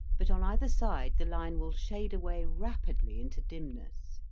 but on either side the line will shade away rapidly into dimness,